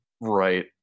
right